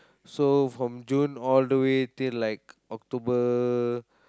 so from June all the way till like October